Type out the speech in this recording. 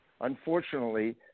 unfortunately